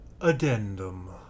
Addendum